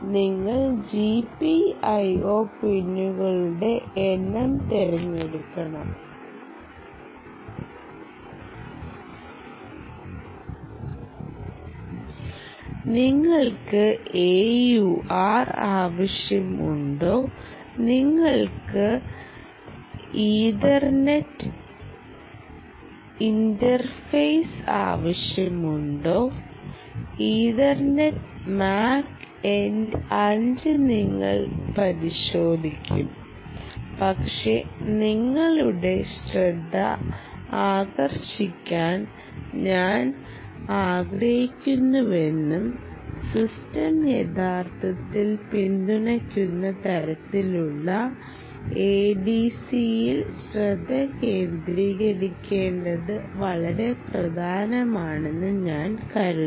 നിങ്ങൾ GPIO പിന്നുകളുടെ എണ്ണം തിരഞ്ഞെടുക്കണം നിങ്ങൾക്ക് AUR ആവശ്യമുണ്ടോ നിങ്ങൾക്ക് ഇഥർനെറ്റ് ഇന്റർഫേസ് ആവശ്യമുണ്ടോ ഇഥർനെറ്റ് MAC എന്റ് 5 ലഭ്യമാണോ MAC നിങ്ങൾക്ക് ലഭ്യമാണോ യുഎസ്ബി ഉണ്ടോ എന്നൊക്കെ നിങ്ങൾ പരിശോധിക്കും പക്ഷേ നിങ്ങളുടെ ശ്രദ്ധ ആകർഷിക്കാൻ ഞാൻ ആഗ്രഹിക്കുന്നുവെന്നും സിസ്റ്റം യഥാർത്ഥത്തിൽ പിന്തുണയ്ക്കുന്ന തരത്തിലുള്ള എഡിസിയിൽ ശ്രദ്ധ കേന്ദ്രീകരിക്കേണ്ടത് വളരെ പ്രധാനമാണെന്ന് ഞാൻ കരുതുന്നു